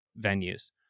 venues